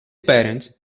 parents